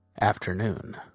Afternoon